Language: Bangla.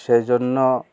সে জন্য